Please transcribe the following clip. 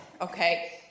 okay